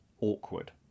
Awkward